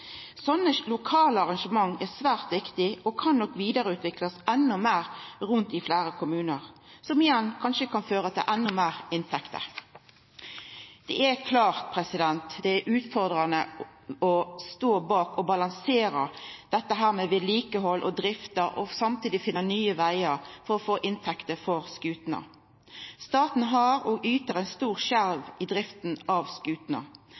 lokale arrangement er svært viktige og kan nok vidareutviklast endå meir rundt i fleire kommunar, som igjen kanskje kan føra til endå meir inntekter. Det er klart at det er utfordrande å stå bak og balansera dette med vedlikehald og drift og samtidig finna nye vegar for å få inntekt for skutene. Staten yter ein stor skjerv til drifta av